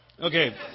Okay